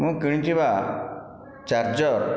ମୁଁ କିଣିଥିବା ଚାର୍ଜର